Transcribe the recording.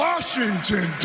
Washington